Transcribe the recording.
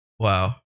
Wow